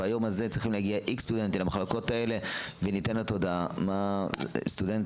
ביום הזה צריכים להגיע איקס סטודנטים למחלקות האלה --- קודם כול,